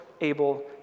able